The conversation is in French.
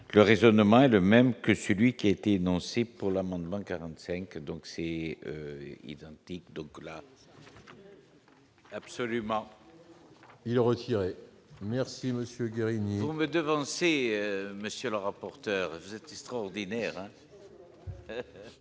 le raisonnement est le même que celui qui était annoncé pour l'amendement 45 donc c'est identique donc là. Absolument. Il retirait merci Monsieur Guérini vous me devancé, monsieur le rapporteur, cette histoire ordinaire.